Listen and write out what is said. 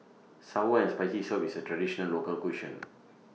Sour and Spicy Soup IS A Traditional Local Cuisine